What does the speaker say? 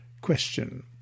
Question